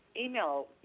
Email